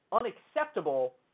unacceptable